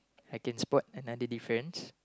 I can sports and others differences